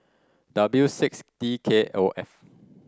W six D K O F